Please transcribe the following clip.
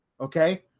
Okay